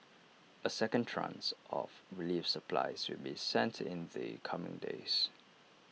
A second tranche of relief supplies will be sent in the coming days